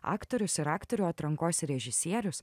aktorius ir aktorių atrankos režisierius